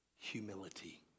humility